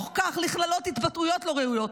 בתוך כך נכללות התבטאויות לא ראויות,